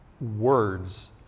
words